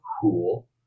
Cool